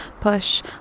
Push